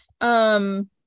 Um-